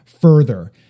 further